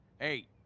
Eight